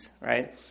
right